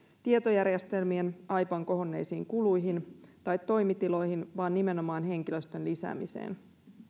tietojärjestelmien aipan kohonneisiin kuluihin tai toimitiloihin vaan nimenomaan henkilöstön lisäämiseen